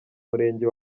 murenge